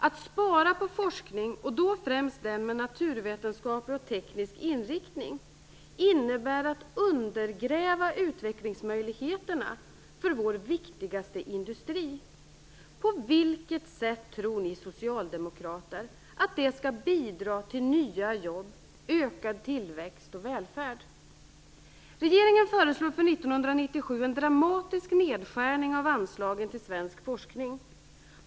Att spara på forskning - och då främst den med naturvetenskaplig och teknisk inriktning - innebär att undergräva utvecklingsmöjligheterna för vår viktigaste industri. På vilket sätt tror ni socialdemokrater att det skall bidra till nya jobb, ökad tillväxt och välfärd? Regeringen föreslår för 1997 en dramatisk nedskärning av anslagen till svensk forskning.